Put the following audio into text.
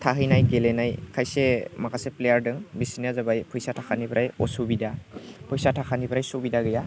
थाहैनाय गेलेनाय खायसे माखासे प्लेयार दं बिसोरनिया जाबाय फैसा थाखानिफ्राय असुबिदा फैसा थाखानिफ्राय सुबिदा गैया